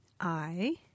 I-